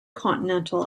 continental